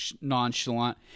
nonchalant